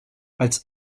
als